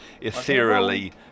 ethereally